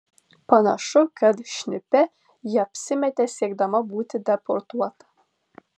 panašu kad šnipe ji apsimetė siekdama būti deportuota